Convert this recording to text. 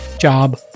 job